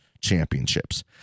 championships